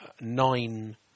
nine